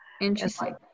Interesting